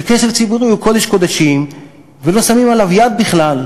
שכסף ציבורי הוא קודש קודשים ולא שמים עליו יד בכלל,